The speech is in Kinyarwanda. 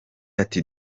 ati